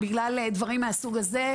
בגלל דברים מהסוג הזה,